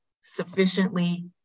sufficiently